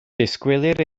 disgwylir